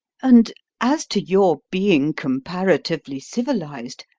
and as to your being comparatively civilised,